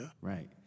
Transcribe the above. right